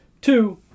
Two